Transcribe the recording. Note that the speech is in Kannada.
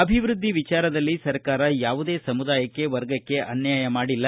ಅಭಿವೃದ್ಧಿ ವಿಚಾರದಲ್ಲಿ ಸರ್ಕಾರ ಯಾವುದೇ ಸಮುದಾಯಕ್ಕೆ ವರ್ಗಕ್ಕೆ ಅನ್ಯಾಯ ಮಾಡಿಲ್ಲ